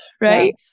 right